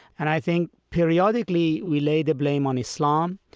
and i think periodically we lay the blame on islam.